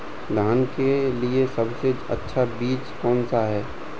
धान के लिए सबसे अच्छा बीज कौन सा है?